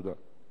תודה.